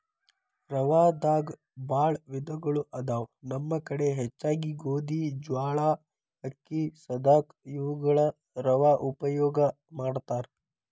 ರವಾದಾಗ ಬಾಳ ವಿಧಗಳು ಅದಾವ ನಮ್ಮ ಕಡೆ ಹೆಚ್ಚಾಗಿ ಗೋಧಿ, ಜ್ವಾಳಾ, ಅಕ್ಕಿ, ಸದಕಾ ಇವುಗಳ ರವಾ ಉಪಯೋಗ ಮಾಡತಾರ